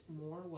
more